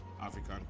african